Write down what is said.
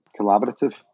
collaborative